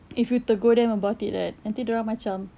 if you tegur them about it right nanti dia orang macam